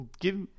give